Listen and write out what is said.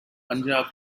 punjab